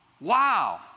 Wow